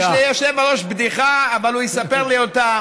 יש ליושב-ראש בדיחה אבל הוא יספר לי אותה